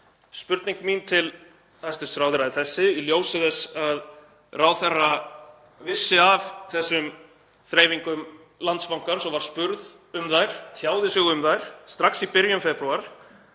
Spurning mín til hæstv. ráðherra er þessi: Í ljósi þess að ráðherra vissi af þessum þreifingum Landsbankans og var spurð um þær, tjáði sig um þær strax í byrjun febrúar,